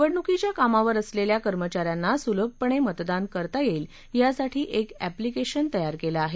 निवडणूक कामावर असलेल्या कर्मचा यांना सुलभपणे मतदान करता येईल यासाठी एक अॅप्लीकेशन तयार केलं आहे